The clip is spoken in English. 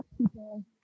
people